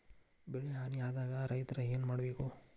ಬೆಳಿ ಹಾನಿ ಆದಾಗ ರೈತ್ರ ಏನ್ ಮಾಡ್ಬೇಕ್?